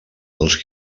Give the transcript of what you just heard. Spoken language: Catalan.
dos